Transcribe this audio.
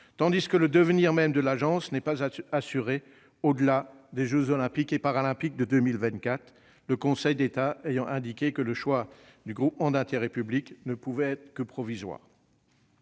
tandis que le devenir même de la structure n'est pas assuré au-delà des jeux Olympiques et Paralympiques de 2024, le Conseil d'État ayant indiqué que le choix du groupement d'intérêt public ne pouvait être que provisoire.